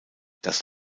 das